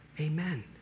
Amen